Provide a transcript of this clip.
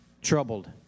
troubled